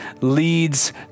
leads